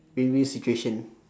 win win situation